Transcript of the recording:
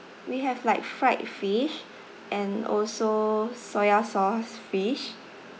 we have like fried fish and also soya sauce fish